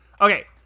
Okay